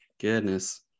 Goodness